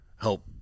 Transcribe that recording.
help